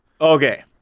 Okay